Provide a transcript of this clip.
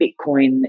Bitcoin